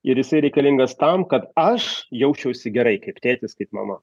ir jisai reikalingas tam kad aš jausčiausi gerai kaip tėtis kaip mama